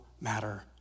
matter